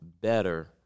better